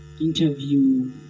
interview